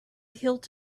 hilt